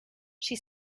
she